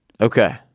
Okay